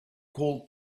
call